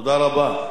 אני מפריע לכם.